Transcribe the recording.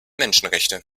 menschenrechte